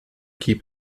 keep